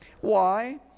why